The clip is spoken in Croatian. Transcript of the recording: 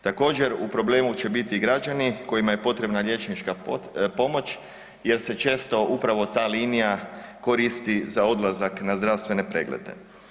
Također, u problemu će biti i građani kojima je potrebna liječnička pomoć jer se često upravo ta linija koristi za odlazak na zdravstvene preglede.